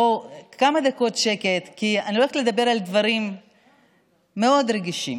כמה דקות שקט כי אני הולכת לדבר על דברים מאוד רגישים.